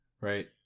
right